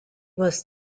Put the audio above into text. was